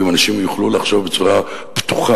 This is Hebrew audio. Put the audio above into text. ואם אנשים יוכלו לחשוב בצורה פתוחה,